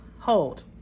hold